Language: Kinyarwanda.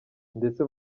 ndetse